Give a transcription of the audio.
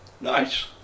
Nice